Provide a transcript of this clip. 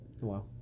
Wow